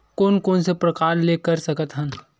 कोन कोन से प्रकार ले कर सकत हन?